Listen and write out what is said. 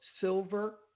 silver